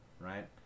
Right